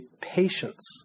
patience